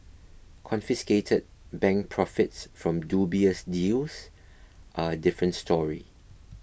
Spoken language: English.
confiscated bank profits from dubious deals are a different story